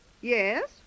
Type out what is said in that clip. Yes